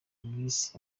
giggs